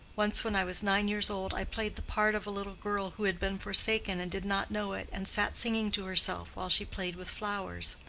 once when i was nine years old, i played the part of a little girl who had been forsaken and did not know it, and sat singing to herself while she played with flowers.